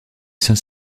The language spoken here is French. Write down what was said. saint